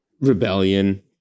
rebellion